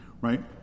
right